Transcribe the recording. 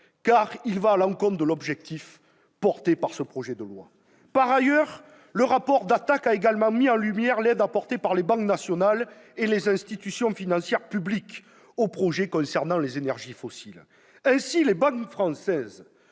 qui va à l'encontre de l'objectif de ce projet de loi. Par ailleurs, le rapport d'Attac a également mis en lumière l'aide apportée par les banques nationales et les institutions financières publiques aux projets concernant les énergies fossiles. Ainsi, les banques françaises